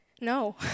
No